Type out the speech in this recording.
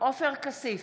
עופר כסיף,